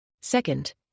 Second